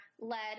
lead